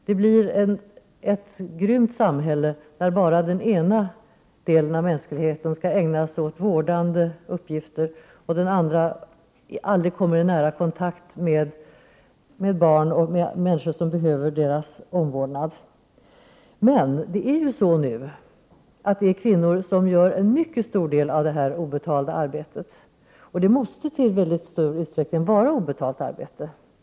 Det blir ett grymt samhälle om bara den ena delen av mänskligheten skall ägna sig åt vårdande uppgifter och den andra aldrig kommer i nära kontakt med barn och med andra människor som behöver deras omvårdnad. Som det nu är utför kvinnor en mycket stor del av det här obetalda arbetet. Det måste också i stor utsträckning vara fråga om obetalt arbete.